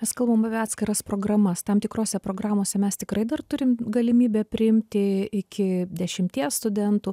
mes kalbam apie atskiras programas tam tikrose programose mes tikrai dar turim galimybę priimti iki dešimties studentų